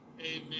Amen